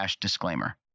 disclaimer